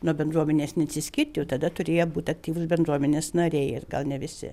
nuo bendruomenės neatsiskirt jau tada turėja būt aktyvūs bendruomenės nariai ir gal ne visi